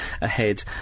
ahead